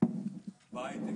בהייטק